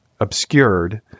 obscured